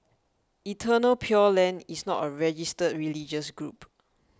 Eternal Pure Land is not a registered religious group